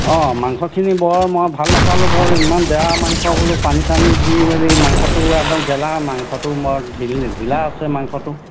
অঁ মাংসখিনি বৰ মই ভাল নাপালোঁ বৰ ইমান বেয়া মাংস বোলো পানী চানি দি মেলি মাংসটো একদম গেলা মাংসটো মই ধিল ধিলা আছে মাংসটো